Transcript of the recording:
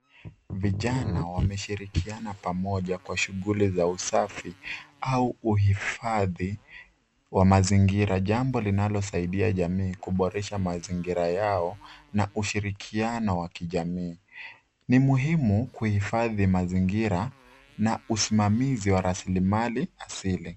Vijana wameshirikiana pamoja kwa shughuli za usafi au uhifadhi wa mazingira. Jambo linalosaidia jamii kuboresha mazingira yao na ushirikiano wa kijamii. Ni muhimu kuhifadhi mazingira na usimamizi wa rasilimali asili.